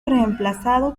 reemplazado